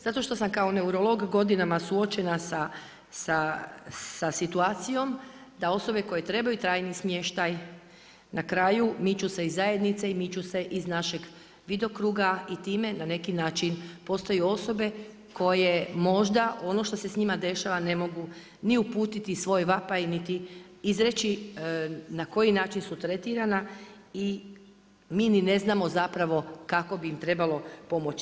Zato što sam kao neurolog godinama suočena sa situacijom da osobe koje trebaju trajni smještaj na kraju miču se iz zajednice i miču se iz našeg vidokruga i time na neki način postaju osobe koje možda ono što se s njima dešava ne mogu ni uputiti svoj vapaj niti izreći na koji način su tretirana i mi ni ne znamo zapravo kako bi im trebalo pomoći.